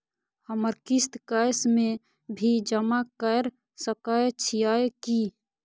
हमर किस्त कैश में भी जमा कैर सकै छीयै की?